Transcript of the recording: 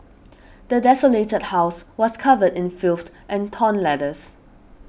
the desolated house was covered in filth and torn letters